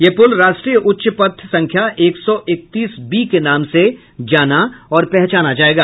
यह पुल राष्ट्रीय उच्च पथ संख्या एक सौ इकतीस बी के नाम से जाना और पहचाना जायेगा